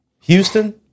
Houston